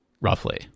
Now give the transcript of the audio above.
roughly